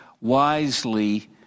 wisely